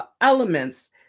elements